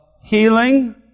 healing